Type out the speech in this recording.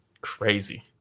crazy